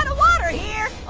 and water here,